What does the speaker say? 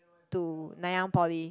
to Nanyang Poly